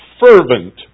fervent